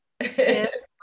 yes